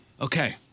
Okay